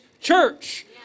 church